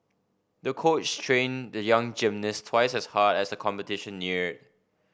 the coach trained the young gymnast twice as hard as the competition neared